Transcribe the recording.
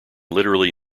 literally